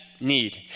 Need